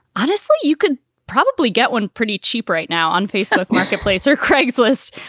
honestly, you could probably get one pretty cheap right now on facebook. marketplace or craigslist?